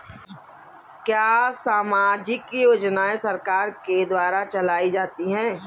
क्या सामाजिक योजनाएँ सरकार के द्वारा चलाई जाती हैं?